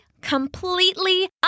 completely